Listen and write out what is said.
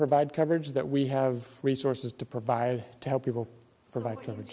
provide coverage that we have resources to provide to help people for